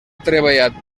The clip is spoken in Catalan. treballat